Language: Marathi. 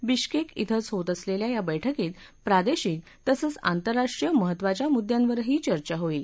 बिश्केक श्वेंच होत असलेल्या या बैठकीत प्रादेशिक तसंच आंतरराष्ट्रीय महत्वाच्या मुद्द्यांवरही चर्चा होईल